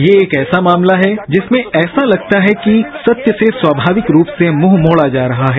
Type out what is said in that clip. यह एक ऐसा मामला है जिसमें ऐसा लगता है कि सत्य से स्वाभाविक रूप से मुंह मोज़ा जा रहा है